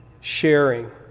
sharing